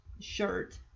shirt